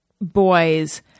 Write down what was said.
boys